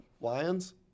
Lions